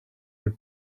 your